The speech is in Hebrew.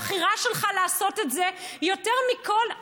הבחירה שלך לעשות את זה היא יותר מכול,